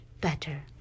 better